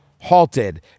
halted